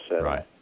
right